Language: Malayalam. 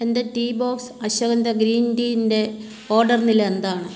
എന്റെ ടീ ബോക്സ് അശ്വഗന്ധ ഗ്രീൻ ടീയിന്റെ ഓർഡർ നില എന്താണ്